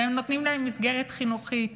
והם נותנים להם מסגרת חינוכית